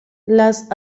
las